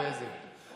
יש